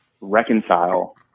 reconcile